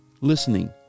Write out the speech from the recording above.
listening